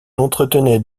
entretenait